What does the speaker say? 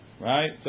Right